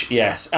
yes